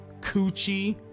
coochie